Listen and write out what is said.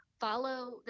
Follow